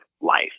life